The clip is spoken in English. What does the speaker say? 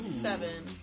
Seven